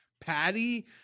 Patty